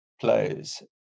plays